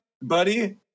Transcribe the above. Buddy